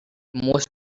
most